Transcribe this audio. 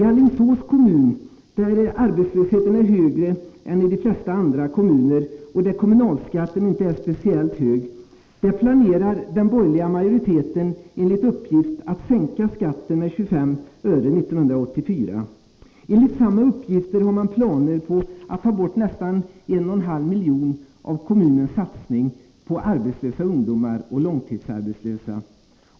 I Alingsås kommun, där arbetslösheten är högre än i de flesta andra kommuner, och där kommunalskatten inte är speciellt hög, planerar den borgerliga majoriteten, enligt uppgift, att sänka skatten med 25 öre 1984. Enligt samma uppgifter har man planer på att ta bort nästan 1,5 milj.kr. av kommunens satsning på arbetslösa ungdomar och långtidsarbetslösa.